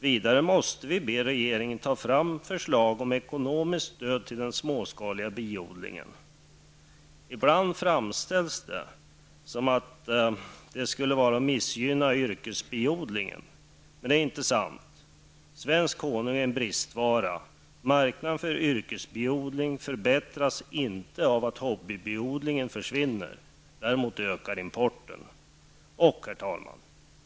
Vidare måste vi be regeringen ta fram förslag om ekonomiskt stöd till den småskaliga biodlingen. Ibland framställs det som att det skulle vara att missgynna yrkesbiodlingen. Men det är inte sant. Svensk honung är en bristvara. Marknaden för yrkesbiodlingen förbättras inte av att hobbybiodlingen försvinner. Däremot ökar importen. Herr talman!